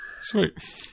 Sweet